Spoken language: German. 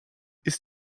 ist